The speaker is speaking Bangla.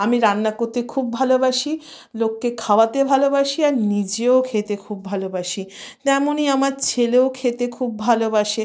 আমি রান্না করতে খুব ভালোবাসি লোককে খাওয়াতে ভালোবাসি আর নিজেও খেতে খুব ভালোবাসি তেমনই আমার ছেলেও খেতে খুব ভালোবাসে